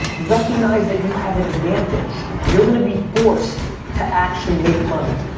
recognize that you have an advantage. you're gonna be forced to actually make money.